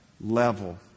level